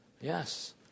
Yes